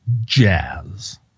jazz